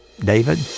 David